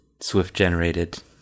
Swift-generated